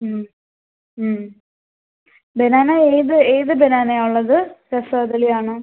ഉം ഉം ബെനാന ഏത് ഏത് ബെനാനയാണ് ഉള്ളത് രസകദളിയാണോ